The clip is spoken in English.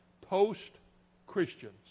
post-Christians